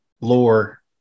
lore